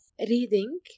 reading